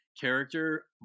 character